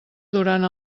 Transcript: durant